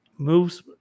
moves